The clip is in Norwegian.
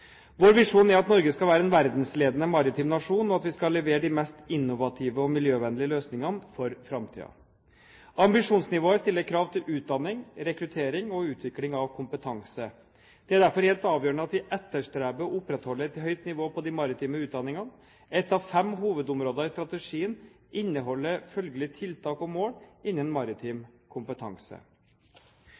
Vår visjon er at Norge skal være en verdensledende maritim nasjon, og at vi skal levere de mest innovative og miljøvennlige løsningene for framtiden. Ambisjonsnivået stiller krav til utdanning, rekruttering og utvikling av kompetanse. Det er derfor helt avgjørende at vi etterstreber og opprettholder et høyt nivå på de maritime utdanningene. Ett av fem hovedområder i strategien inneholder følgelig tiltak og mål innenfor maritim kompetanse.